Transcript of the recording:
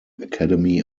academy